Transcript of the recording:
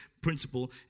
principle